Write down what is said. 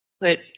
put